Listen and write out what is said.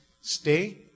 stay